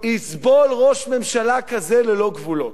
יסבול ראש ממשלה כזה ללא גבולות?